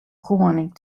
koaning